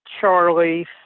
Charlie